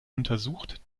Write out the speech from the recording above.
untersucht